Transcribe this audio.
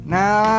now